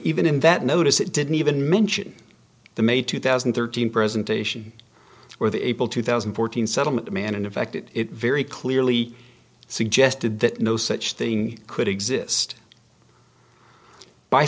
even in that notice it didn't even mention the may two thousand and thirteen presentation or the april two thousand and fourteen settlement a man in affected it very clearly suggested that no such thing could exist by